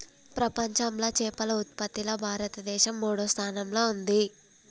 ప్రపంచంలా చేపల ఉత్పత్తిలా భారతదేశం మూడో స్థానంలా ఉంది